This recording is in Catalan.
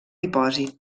dipòsit